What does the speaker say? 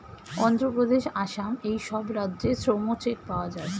অন্ধ্রপ্রদেশ, আসাম এই সব রাজ্যে শ্রম চেক পাওয়া যায়